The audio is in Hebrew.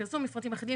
פרסום מפרטים אחידים,